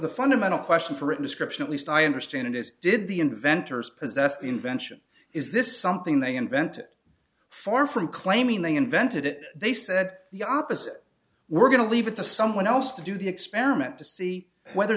the fundamental question for a description at least i understand it is did the inventors possess the invention is this something they invented far from claiming they invented it they said the opposite we're going to leave it to someone else to do the experiment to see whether